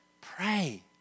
Pray